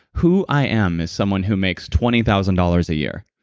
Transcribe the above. who i am is someone who makes twenty thousand dollars a year,